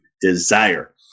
desire